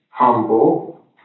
Humble